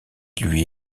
lui